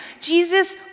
Jesus